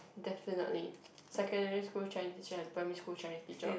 definitely secondary school Chinese teacher and primary school Chinese teacher